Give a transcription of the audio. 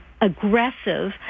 aggressive